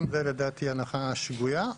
גם זה לדעתי הנחה שגויה.